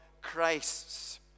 Christ's